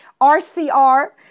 RCR